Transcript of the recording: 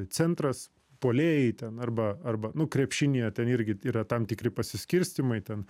centras puolėjai ten arba arba nu krepšinyje ten irgi yra tam tikri pasiskirstymai ten